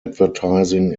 advertising